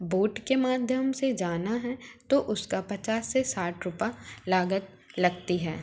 boat के माध्यम से जाना है तो उसका पचास से साठ रूपए लागत लगती है